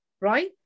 right